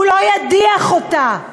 הוא לא ידיח אותה.